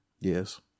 Yes